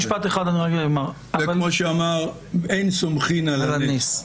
כמו שאמר, אין סומכין על הנס.